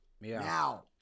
Now